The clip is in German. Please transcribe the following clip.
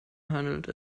handelt